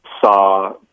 saw